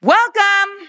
Welcome